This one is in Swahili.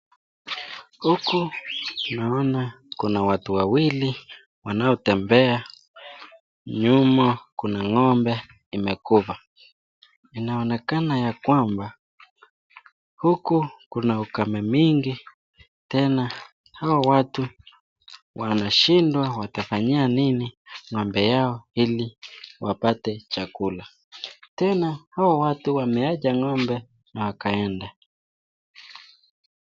Huku naona kuna watu wawili wanaotembea nyuma kuna ng'ombe imekufa. Inaonekana ya kwamba huku kuna ukame mingi tena hawa watu watashindwa watafanyia nini ng'ombe wao ili wapate chakula. Tena hawa watu wameaja ng'ombe na wakaenda.